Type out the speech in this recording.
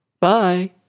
Bye